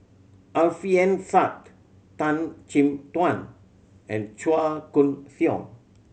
Alfian Sa'at Tan Chin Tuan and Chua Koon Siong